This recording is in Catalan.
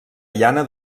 llana